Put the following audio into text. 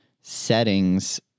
settings